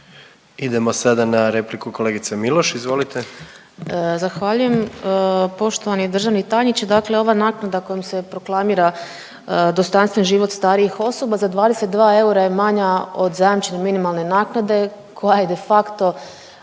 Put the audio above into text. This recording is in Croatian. Idemo sada na repliku kolegice Miloš, izvolite. **Miloš, Jelena (Možemo!)** Zahvaljujem. Poštovani državni tajniče, dakle ova naknada kojom se proklamira dostojanstven život starijih osoba za 22 eura je manja od zajamčene minimalne naknade koja je de facto